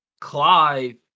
Clive